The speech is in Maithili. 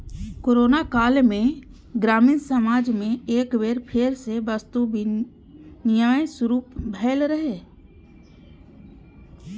कोरोना काल मे ग्रामीण समाज मे एक बेर फेर सं वस्तु विनिमय शुरू भेल रहै